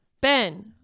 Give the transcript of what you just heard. Ben